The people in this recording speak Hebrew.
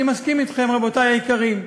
אני מסכים אתכם, רבותי היקרים.